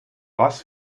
was